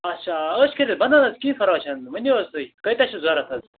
اَچھا ٲش کٔرِتھ بَنَن حظ کیٚنٛہہ پَرواے چھِنہٕ ؤنَو حظ تُہۍ کٲتیٛاہ چھِ ضروٗرت حظ